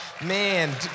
Man